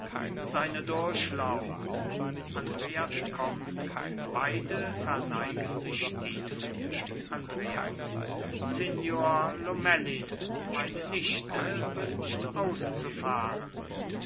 seine durchlaucht andreas kommt beide verneigen sich tief andreas signor lomellin meine nichte wünscht auszufahren